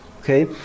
okay